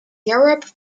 europe